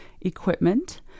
equipment